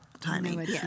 timing